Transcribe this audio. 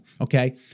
Okay